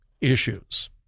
issues